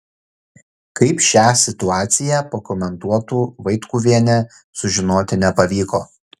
kaip šią situaciją pakomentuotų vaitkuvienė sužinoti nepavyko